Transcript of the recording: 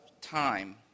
time